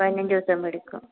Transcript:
പതിനഞ്ച് ദിവസം എടുക്കും